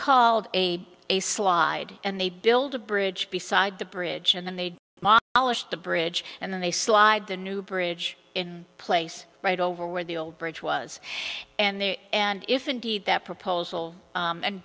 called a a slide and they build a bridge beside the bridge and then they mock the bridge and then they slide the new bridge in place right over where the old bridge was and the and if indeed that proposal